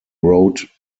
wrote